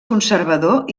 conservador